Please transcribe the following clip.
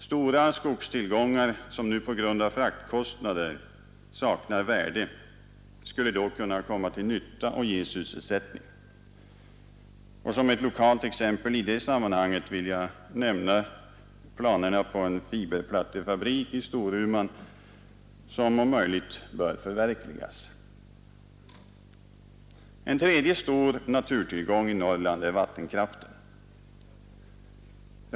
Stora skogstillgångar som nu på grund av fraktkostnader saknar värde skulle då kunna komma till nytta och ge sysselsättning. Som ett lokalt exempel vill jag nämna planerna på en fiberplattefabrik i Storuman som om möjligt bör förverkligas. En tredje stor naturtillgång i Norrland är vattenkraften.